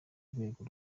rwego